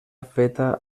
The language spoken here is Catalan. feta